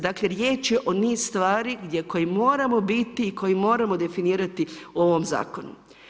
Dakle, riječ je o niz stvarima koji moraju biti i koje moramo definirati u ovom zakonu.